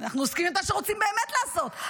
אנחנו עוסקים במה שרוצים באמת לעשות,